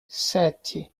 sete